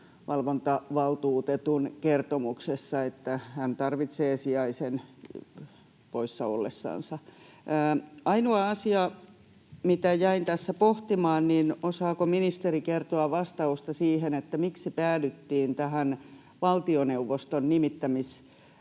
tiedusteluvalvontavaltuutetun kertomuksessa on se, että hän tarvitsee sijaisen poissa ollessansa. Ainoa asia, mitä jäin tässä pohtimaan: Osaako ministeri kertoa vastausta, miksi päädyttiin tähän valtioneuvoston nimittämisjärjestelmään?